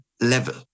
level